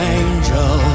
angel